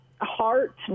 heart